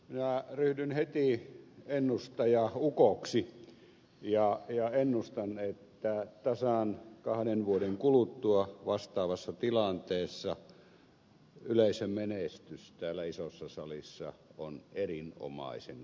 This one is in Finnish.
minä ryhdyn heti ennustajaukoksi ja ennustan että tasan kahden vuoden kuluttua vastaavassa tilanteessa yleisömenestys täällä isossa salissa on erinomaisen korkea